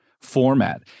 format